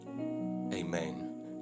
Amen